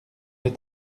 est